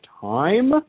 time